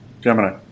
Gemini